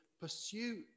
pursue